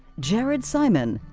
jared simon,